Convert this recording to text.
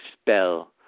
spell